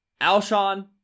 Alshon